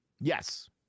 Yes